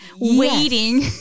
waiting